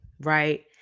right